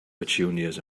petunias